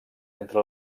entre